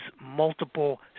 multiple